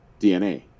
DNA